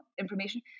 information